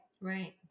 Right